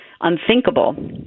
unthinkable